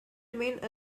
remained